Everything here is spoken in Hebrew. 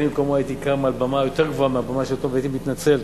במקומו הייתי קם על במה יותר גבוהה מהבמה שפה והייתי מתנצל,